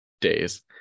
days